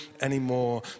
anymore